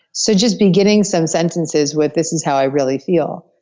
so just beginning some sentences with this is how i really feel,